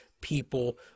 people